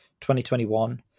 2021